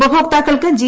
ഉപഭോക്താക്കൾക്ക് ജി